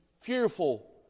fearful